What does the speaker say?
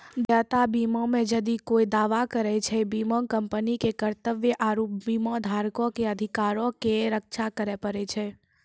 देयता बीमा मे जदि कोय दावा करै छै, बीमा कंपनी के कर्तव्य आरु बीमाधारको के अधिकारो के रक्षा करै पड़ै छै